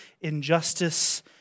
injustice